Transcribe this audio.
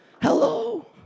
Hello